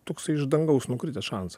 toks iš dangaus nukritęs šansa